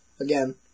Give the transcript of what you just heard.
again